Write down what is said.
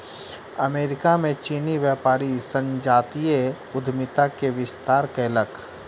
America में चीनी व्यापारी संजातीय उद्यमिता के विस्तार कयलक